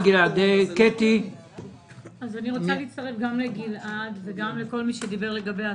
אני רוצה להצטרף גם לגלעד קריב וגם לכל מי שדיבר על השכר.